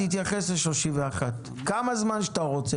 תתייחס ל-31 כמה זמן שאתה רוצה,